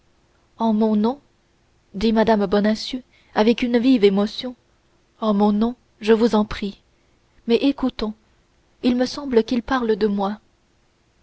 en mon nom dit mme bonacieux avec une vive émotion en mon nom je vous en prie mais écoutons il me semble qu'ils parlent de moi